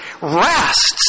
rests